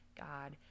God